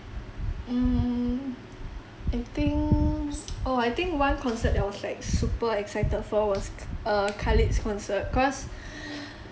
mm I think oh I think one concert that I was like super excited for was kh~ err khalid's concert cause